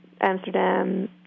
Amsterdam